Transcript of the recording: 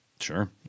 Sure